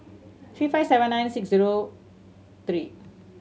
three five seven nine six zero three